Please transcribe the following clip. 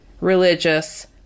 religious